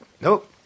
Nope